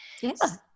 Yes